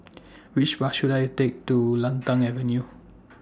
Which Bus should I Take to Lantana Avenue